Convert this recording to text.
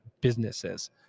businesses